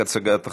רק הצגת החוק?